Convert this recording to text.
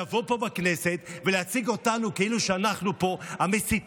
לבוא פה בכנסת ולהציג אותנו כאילו שאנחנו פה המסיתים,